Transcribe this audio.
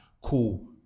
cool